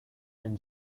and